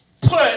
put